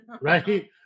right